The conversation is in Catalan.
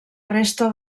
resta